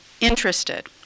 interested